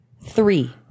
three